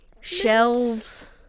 shelves